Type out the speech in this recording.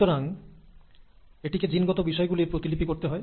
সুতরাং এটিকে জিনগত বিষয়গুলির প্রতিলিপি করতে হয়